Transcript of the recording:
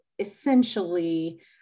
Essentially